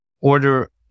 Order